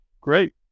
great